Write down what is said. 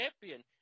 champion